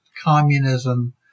communism